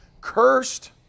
Cursed